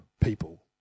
people